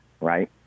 right